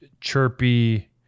chirpy